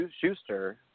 schuster